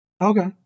Okay